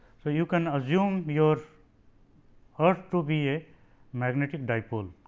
so, you can assume your earth to be a magnetic dipole